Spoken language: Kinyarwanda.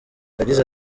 yagize